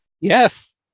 yes